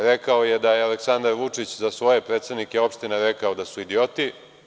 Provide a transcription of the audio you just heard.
Rekao je da je Aleksandar Vučić za svoje predsednike opština rekao da su idioti.